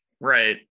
Right